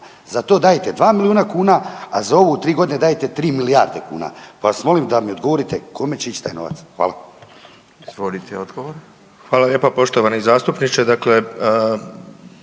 Za to dajete 2 miliona kuna, a za ovo u 3 godine dajete 3 milijarde kuna. Pa vas molim da mi odgovorite kome će ići taj novac? Hvala. **Radin, Furio (Nezavisni)** Izvolite